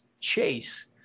chase